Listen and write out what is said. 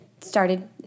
started